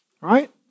right